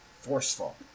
forceful